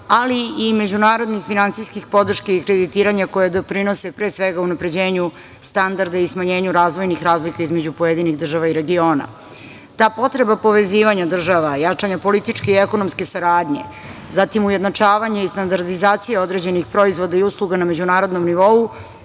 ali i međunarodnih finansijskih podrški i kreditiranja koje doprinose pre svega unapređenju standarda i smanjenju razvojnih razlika između pojedinih država i regiona. Ta potreba povezivanja država, jačanja političke i ekonomske saradnje, zatim ujednačavanje i standardizacija određenih proizvoda i usluga na međunarodnom nivou